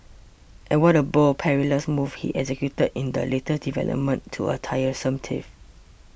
and what a bold perilous move he executed in the latest development to a tiresome tiff